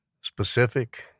specific